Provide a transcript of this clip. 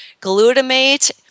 glutamate